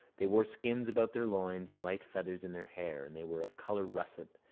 they wore skins about their loins and light feathers in their hair, and they were of colour russet,